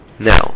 Now